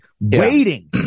Waiting